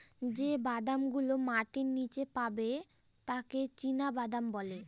যে বাদাম গুলো মাটির নীচে পাবে তাকে চীনাবাদাম বলে